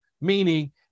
meaning